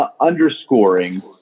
underscoring